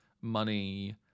money